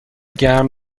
گرم